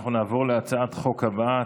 אנחנו נעבור להצעת החוק הבאה,